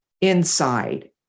inside